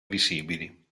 visibili